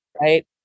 Right